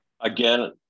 Again